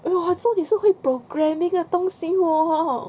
!wah! 好像你是会 programming 的东西哦